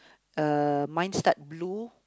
uh mine start blue